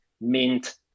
mint